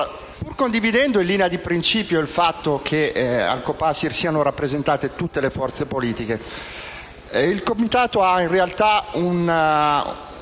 pur condividendo in linea di principio il fatto che al Copasir siano rappresentate tutte le forze politiche, il Comitato ha in realtà una